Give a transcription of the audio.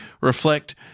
reflect